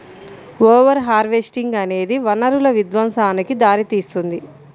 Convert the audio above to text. over harvesting అనేది వనరుల విధ్వంసానికి దారితీస్తుంది